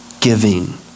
Giving